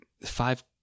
five